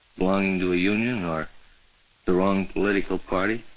belonging to a union or the wrong political party.